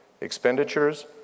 expenditures